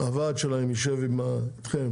הוועד שלהם ישב איתכם,